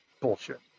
bullshit